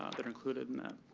um that are included in that.